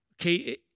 okay